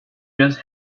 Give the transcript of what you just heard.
just